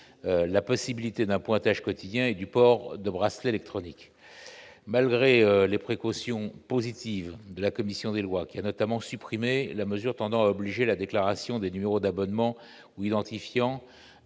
la possibilité d'un pointage quotidien et du port de bracelet les chroniques malgré les précautions positive de la commission des lois, qui a notamment supprimé la mesure tendant à obliger la déclaration des numéros d'abonnement ou identifiant